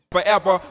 Forever